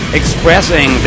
expressing